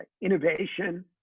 innovation